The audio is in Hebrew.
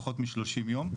פחות מ-30 יום,